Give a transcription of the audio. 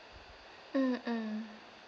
mm mm